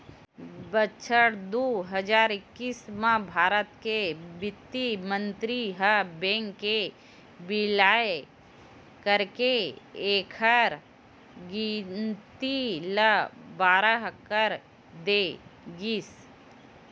बछर दू हजार एक्कीस म भारत के बित्त मंतरी ह बेंक के बिलय करके एखर गिनती ल बारह कर दे गिस